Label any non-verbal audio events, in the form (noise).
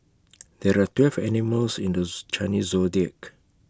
(noise) there are twelve animals in those Chinese Zodiac